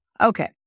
Okay